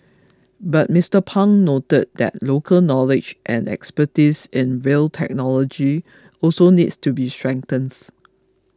but Mister Pang noted that local knowledge and expertise in rail technology also needs to be strengthened